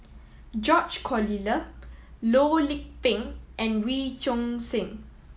George Collyer Loh Lik Peng and Wee Choon Seng